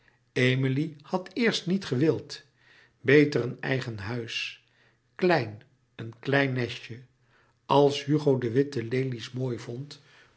emilie had eerst niet gewild beter een eigen huis klein een klein nestje als hugo de witte lelies mooi vond